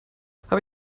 habe